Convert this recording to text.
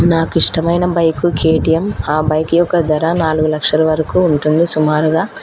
నాకు ఇష్టమైన bike KTM ఆ బైక్ యొక్క ధర నాలుగు లక్షల వరకు ఉంటుంది సుమారుగా